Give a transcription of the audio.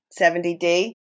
70D